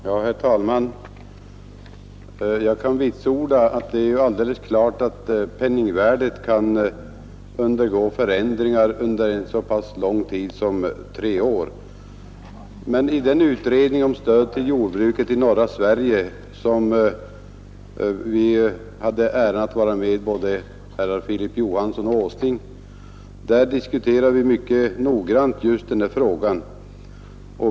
Herr talman! Jag kan vitsorda att penningvärdet kan undergå förändringar under en så lång tid som tre år. Men i den utredning om stöd till jordbruket i norra Sverige, i vilken såväl herr Filip Johansson i Holmgården som herr Åsling och jag hade äran att vara med, diskuterades denna fråga mycket noggrant.